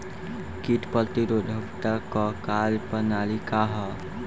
कीट प्रतिरोधकता क कार्य प्रणाली का ह?